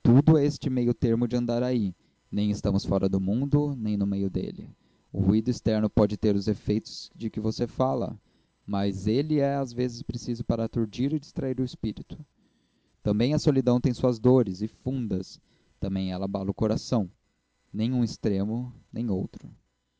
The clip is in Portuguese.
é este meio-termo de andaraí nem estamos fora do mundo nem no meio dele o ruído externo pode ter os efeitos de que você fala mas ele é às vezes preciso para aturdir e distrair o espírito também a solidão tem suas dores e fundas também ela abala o coração nem um extremo nem outro